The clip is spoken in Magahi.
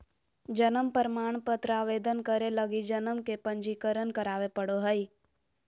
जन्म प्रमाण पत्र आवेदन करे लगी जन्म के पंजीकरण करावे पड़ो हइ